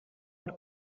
per